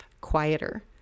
quieter